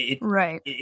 right